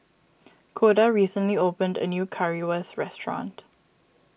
Koda recently opened a new Currywurst restaurant